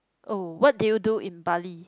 oh what did you do in Bali